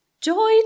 joy